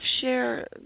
share